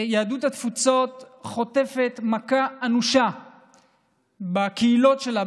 יהדות התפוצות חוטפת מכה אנושה בקהילות שלה,